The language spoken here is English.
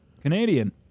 Canadian